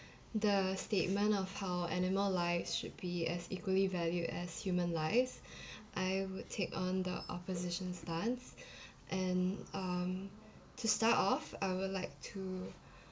the statement of how animal lives should be as equally valued as human lives I would take on the opposition stance and um to start off I would like to